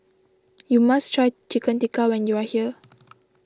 you must try Chicken Tikka when you are here